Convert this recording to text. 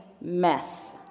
mess